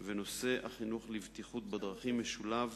ונושא החינוך לבטיחות בדרכים משולב